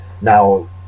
now